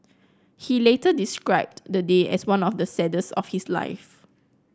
he later described the day as one of the saddest of his life